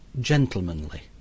gentlemanly